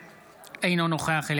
אינו נוכח אברהם בצלאל,